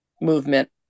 movement